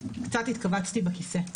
קצת התכווצתי בכיסא,